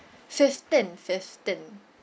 fifteen fifteen